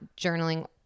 journaling